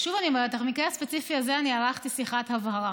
שוב אני אומרת לך: במקרה הספציפי הזה אני ערכתי שיחת הבהרה.